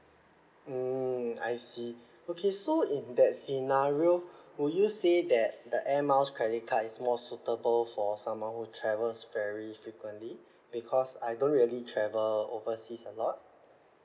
mm I see okay so in that scenario will you say that the air miles credit card is more suitable for someone who travels very frequently because I don't really travel overseas a lot